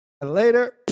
Later